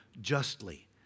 justly